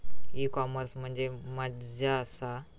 E commerce म्हणजे मझ्या आसा?